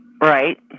Right